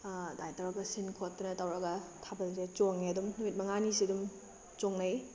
ꯑꯗꯨꯃꯥꯏꯅ ꯇꯧꯔꯒ ꯁꯤꯟ ꯈꯣꯠꯇꯅ ꯇꯧꯔꯒ ꯊꯥꯕꯜꯁꯦ ꯆꯣꯡꯉꯦ ꯑꯗꯨꯝ ꯅꯨꯃꯤꯠ ꯃꯉꯥꯅꯤꯁꯦ ꯑꯗꯨꯝ ꯆꯣꯡꯅꯩ